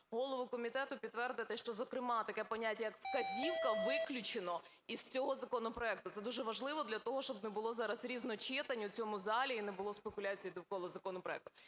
голову комітету підтвердити, що, зокрема, таке поняття, як "вказівка", виключено із цього законопроекту. Це дуже важливо для того, щоб не було зараз різночитань у цьому залі і не було спекуляцій довкола законопроекту.